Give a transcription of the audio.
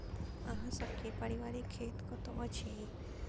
अहाँ सब के पारिवारिक खेत कतौ अछि?